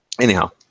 Anyhow